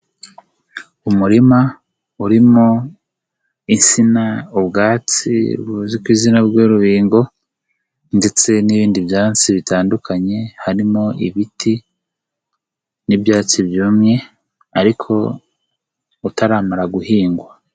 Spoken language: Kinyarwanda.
Umurima urimo insina, ubwatsi buzwi, ku izina ry'urubingo ndetse n'ibindi byatsi bitandukanye harimo ibiti n'ibyatsi byumye, ariko utaramara guhingwa.